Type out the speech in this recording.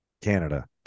Canada